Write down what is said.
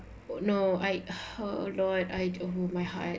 oh no I her lord I oh my heart